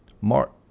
Mark